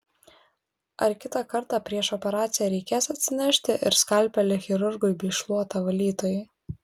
ar kitą kartą prieš operaciją reikės atsinešti ir skalpelį chirurgui bei šluotą valytojai